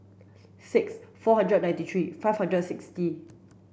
six four hundred and ninety three five hundred and sixty